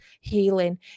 healing